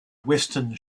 western